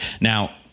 Now